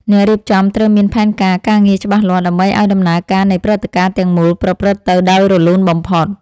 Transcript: អ្នករៀបចំត្រូវមានផែនការការងារច្បាស់លាស់ដើម្បីឱ្យដំណើរការនៃព្រឹត្តិការណ៍ទាំងមូលប្រព្រឹត្តទៅដោយរលូនបំផុត។